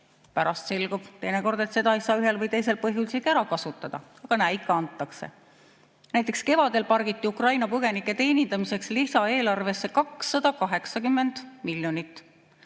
Pärast selgub, et seda ei saa ühel või teisel põhjusel ära kasutada, aga näe, ikka antakse. Näiteks kevadel pargiti Ukraina põgenike teenindamiseks lisaeelarvesse 280 miljonit.